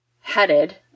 headed